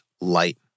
light